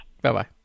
Bye-bye